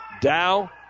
Dow